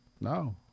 no